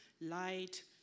light